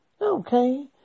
okay